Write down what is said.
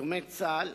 יתומי צה"ל,